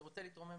אני רוצה להתרומם